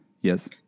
Yes